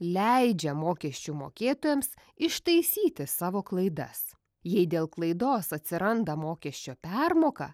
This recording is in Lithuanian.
leidžia mokesčių mokėtojams ištaisyti savo klaidas jei dėl klaidos atsiranda mokesčio permoka